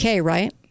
right